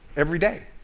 every day,